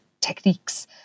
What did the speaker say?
techniques